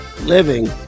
living